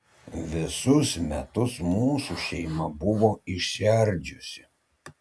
visus metus mūsų šeima buvo išsiardžiusi